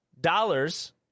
dollars